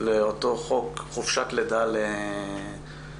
לאותו חוק חופשת לידה לאבות,